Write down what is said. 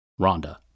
Rhonda